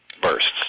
bursts